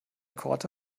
korte